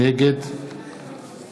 נגד